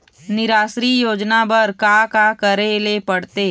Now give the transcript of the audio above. निराश्री योजना बर का का करे ले पड़ते?